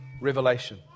revelation